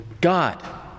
God